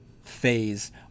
phase